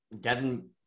Devin –